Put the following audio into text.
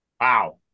Wow